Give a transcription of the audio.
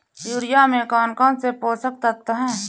Urea में कौन कौन से पोषक तत्व है?